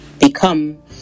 become